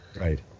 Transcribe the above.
right